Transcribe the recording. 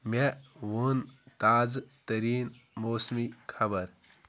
مےٚ ووٚن تازٕ تریٖن موسمی خبر